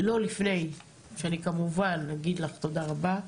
לא לפני שאני כמובן אגיד לך תודה רבה.